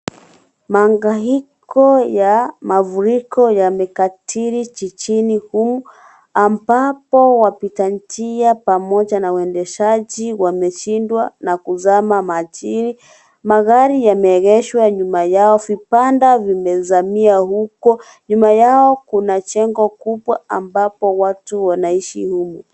Mahangaiko ya mafuriko yamekithiri jijini humu ambapo wapita njia pamoja na waendeshaji wameshindwa na kuzama majini, magari yameegeshwa nyuma yao. Vibanda vimezamia huko, nyuma yao kuna jengo kubwa ambapo watu wanaishi humo.